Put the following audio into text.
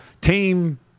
Team